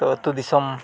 ᱛᱚ ᱟᱛᱳ ᱫᱤᱥᱚᱢ